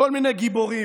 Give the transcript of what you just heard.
כל מיני גיבורים,